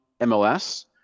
mls